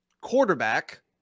quarterback